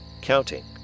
counting